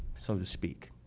so to speak.